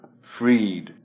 freed